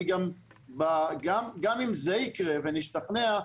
גם אם זה ייקרה ונשתכנע,